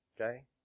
Okay